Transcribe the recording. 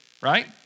right